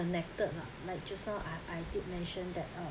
connected ah like just now I I did mention that uh